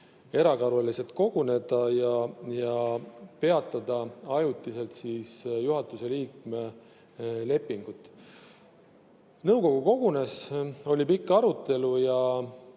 erakorraliselt koguneda ja peatada ajutiselt juhatuse [nende] liikmete lepingud. Nõukogu kogunes, oli pikk arutelu ja